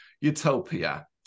Utopia